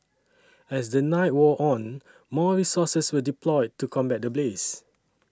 as the night wore on more resources were deployed to combat the blaze